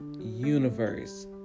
Universe